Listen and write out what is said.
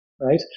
right